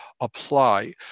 apply